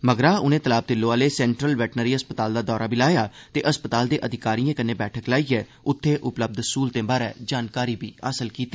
मगरा उनें तलाब तिल्लो आह्ले सेंट्रल वेटनरी अस्पताल दा दौरा बी लाया ते अस्पताल दे अधिकारिए कन्नै बैठक लाइयै उत्थे उपलब्य स्हूलतें बारै जानकारी हासल कीती